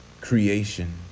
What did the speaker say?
creation